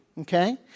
okay